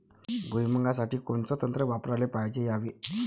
भुइमुगा साठी कोनचं तंत्र वापराले पायजे यावे?